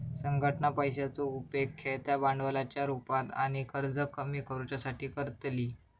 संघटना पैशाचो उपेग खेळत्या भांडवलाच्या रुपात आणि कर्ज कमी करुच्यासाठी करतली